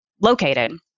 located